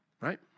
right